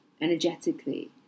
energetically